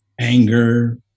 anger